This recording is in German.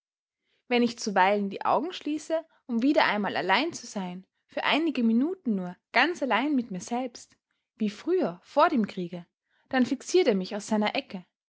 wenn ich zuweilen die augen schließe um wieder einmal allein zu sein für einige minuten nur ganz allein mit mir selbst wie früher vor dem kriege dann fixiert er mich aus seiner ecke